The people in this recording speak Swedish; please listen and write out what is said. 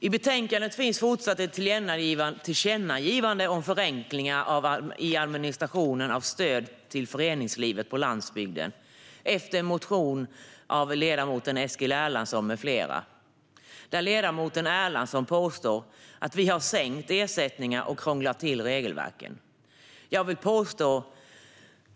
I betänkandet finns vidare ett tillkännagivande om förenklingar i administrationen av stöd till föreningslivet på landsbygden, efter en motion av Eskil Erlandsson med flera. Ledamoten Erlandsson påstår att vi har sänkt ersättningarna och krånglat till regelverken.